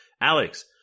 Alex